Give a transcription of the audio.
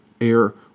air